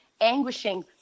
anguishing